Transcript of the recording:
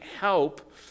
help